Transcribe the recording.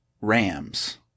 Rams